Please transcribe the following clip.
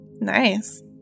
nice